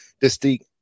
distinct